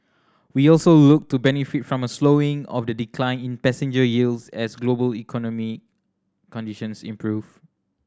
we also look to benefit from a slowing of the decline in passenger yields as global economic conditions improve